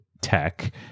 tech